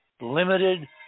limited